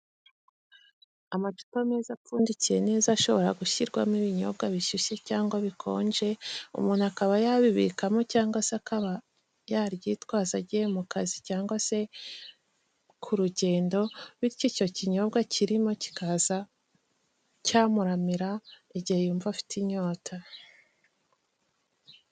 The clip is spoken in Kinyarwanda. Amacupa meza apfundikiye neza ashobora gushyirwamo ibinyobwa bishushye cyangwa se bikonje umuntu akaba yabibikamo cyangwa se akaba yaryitwaza agiye mu kazi cyangwa se ku rugendo bityo icyo kinyobwa kirimo kikaza cyamuramira igihe yumva afite inyota.